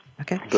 Okay